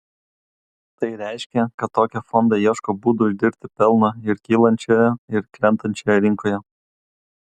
tai reiškia kad tokie fondai ieško būdų uždirbti pelno ir kylančioje ir krentančioje rinkoje